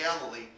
Galilee